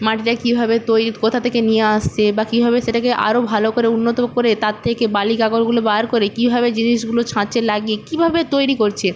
মাটিটা কীভাবে তৈরি কোথা থাকে নিয়ে আসছে বা কীভাবে সেটাকে আরো ভালো করে উন্নত করে তার থেকে বালি কাঁকড়গুলো বার করে কীভাবে জিনিসগুলো ছাঁচে লাগিয়ে কীভাবে তৈরি করছে